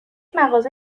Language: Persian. مغازه